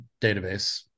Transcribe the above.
database